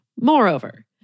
Moreover